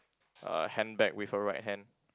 uh handbag with her right hand